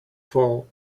fall